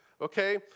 okay